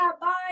bye